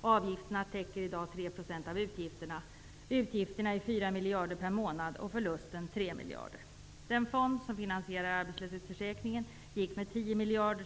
Avgifterna täcker i dag 3 % av utgifterna. Utgifterna är 4 miljarder per månad, och förlusten är 3 miljarder. Den fond som finansierar arbetslöshetsförsäkringen gick med 10 miljarder